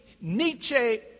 Nietzsche